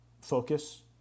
Focus